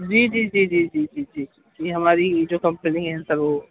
جی جی جی جی جی جی جی جی یہ ہماری جو کمپنی ہے سر وہ